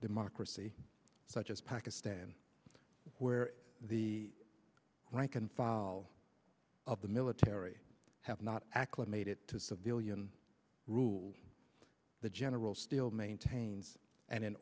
democracy such as pakistan where the rank and file of the military have not acclimated to civilian rule the general still maintains and an